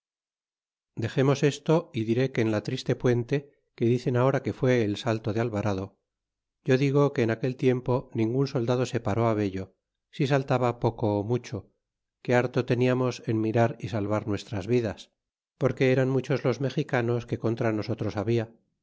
dexemos esto y diré que en la triste puente que dicen ahora que fine el salto del alvarado yo digo que en aquel tiempo ningun soldado se paré vello si saltaba poco mucho que harto teniamos en mirar y salvar nuestras vidas porque eran muchos los mexicanos que contra nosotros habla